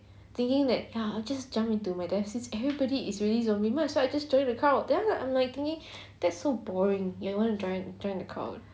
thinking that ya I'll just jump into my death since everyone is ready zombie might as well I just join the crowd then after that I'm like thinking that's so boring ya wanna join the crowd